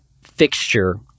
fixture